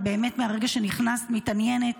באמת, מהרגע שנכנסת, את מתעניינת